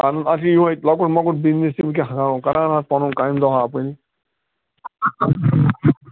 اَہَن حظ اَسہِ چھُ یِہَے لۄکُٹ مۄکُٹ بِزنِس تہِ وُنکٮ۪ن ہاو کَران حظ پَنُن کامہِ دۄہا اَپٲری